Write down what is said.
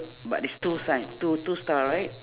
but is two sign two two star right